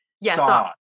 yes